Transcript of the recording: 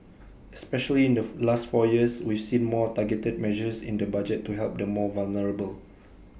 especially in the last four years we've seen more targeted measures in the budget to help the more vulnerable